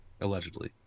Allegedly